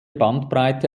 bandbreite